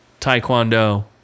Taekwondo